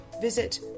visit